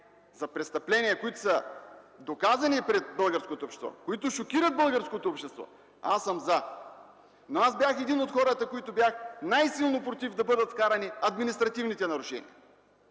за престъпления, които са доказани пред българското общество и които шокират българското общество, аз съм „за”. Аз обаче бях един от хората, които бяхме най-силно против да бъдат вкарани административните нарушения.